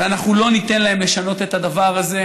ואנחנו לא ניתן להם לשנות את הדבר הזה.